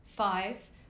Five